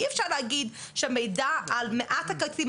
אי אפשר להגיד שהמידע על מעט הכרטיסים,